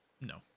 no